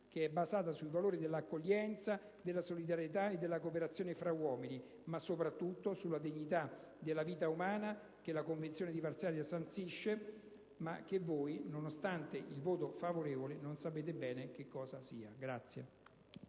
che è basata sui valori dell'accoglienza, della solidarietà e della cooperazione fra uomini ma, soprattutto, sulla dignità della vita umana, che la Convenzione di Varsavia sancisce, ma che voi, nonostante il voto favorevole, non sapete bene che cosa sia.